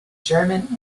german